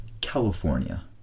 california